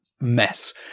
mess